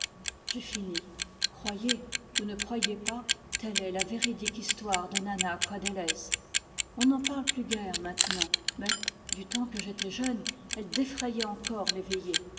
j'ai fini croyez ou ne croyez pas telle est la véridique histoire de nanna coadélez on n'en parle plus guère maintenant mais du temps que j'étais jeune elle défrayait encore